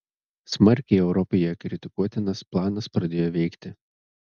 smarkiai europoje kritikuotinas planas pradėjo veikti